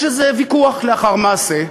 יש איזה ויכוח לאחר מעשה: